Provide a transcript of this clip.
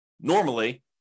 normally